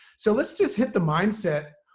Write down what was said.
so let's just hit the mindset.